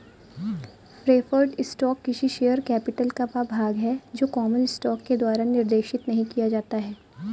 preferred stock किसी share capital का वह भाग है जो कॉमन स्टॉक के द्वारा निर्देशित नहीं किया जाता है